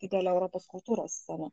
didelę europos kultūros sceną